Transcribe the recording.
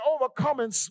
overcoming